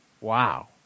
Wow